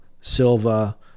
Silva